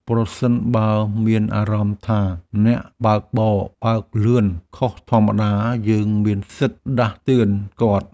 ប្រសិនបើមានអារម្មណ៍ថាអ្នកបើកបរ បើកលឿនខុសធម្មតា យើងមានសិទ្ធិដាស់តឿនគាត់។